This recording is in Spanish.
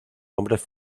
hombres